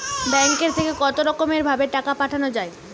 ব্যাঙ্কের থেকে কতরকম ভাবে টাকা পাঠানো য়ায়?